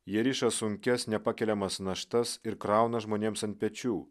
jie riša sunkias nepakeliamas naštas ir krauna žmonėms ant pečių